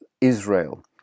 Israel